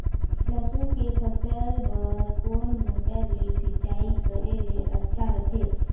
लसुन के फसल बार कोन मोटर ले सिंचाई करे ले अच्छा रथे?